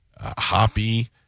Hoppy